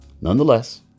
Nonetheless